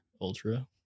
Ultra